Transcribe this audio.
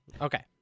Okay